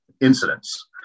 incidents